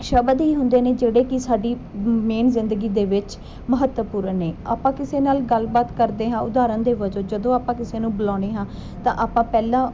ਸ਼ਬਦ ਹੀ ਹੁੰਦੇ ਨੇ ਜਿਹੜੇ ਕਿ ਸਾਡੀ ਮੇਨ ਜ਼ਿੰਦਗੀ ਦੇ ਵਿੱਚ ਮਹੱਤਵਪੂਰਨ ਨੇ ਆਪਾਂ ਕਿਸੇ ਨਾਲ ਗੱਲਬਾਤ ਕਰਦੇ ਹਾਂ ਉਦਾਹਰਨ ਦੇ ਵਜੋਂ ਜਦੋਂ ਆਪਾਂ ਕਿਸੇ ਨੂੰ ਬੁਲਾਉਂਦੇ ਹਾਂ ਤਾਂ ਆਪਾਂ ਪਹਿਲਾਂ